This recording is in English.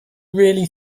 really